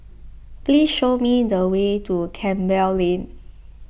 please show me the way to Campbell Lane